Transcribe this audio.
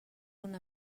una